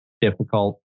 difficult